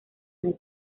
red